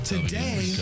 Today